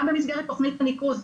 גם במסגרת תכנית הניקוז,